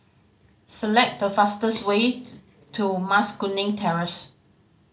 select the fastest way to Mas Kuning Terrace